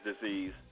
disease